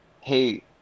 hey